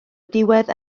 diwedd